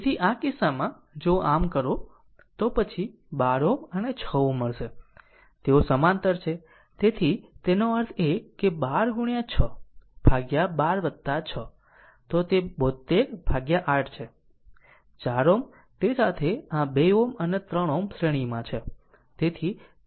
તેથી આ કિસ્સામાં જો આમ કરો તો પછી 12 Ω અને 6 Ω મળશે તેઓ સમાંતર છે તેથી તેનો અર્થ એ કે 12 6 ભાગ્યા 12 6 તો તે 72 ભાગ્યા 8 છે 4 Ω તે સાથે આ 2 Ω અને 3 Ω શ્રેણીમાં છે